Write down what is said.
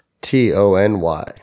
T-O-N-Y